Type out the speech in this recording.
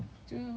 like ya